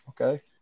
Okay